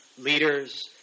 leaders